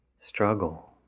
struggle